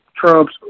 trumps